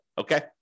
Okay